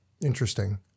Interesting